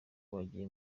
wagiye